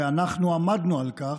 ואנחנו עמדנו על כך,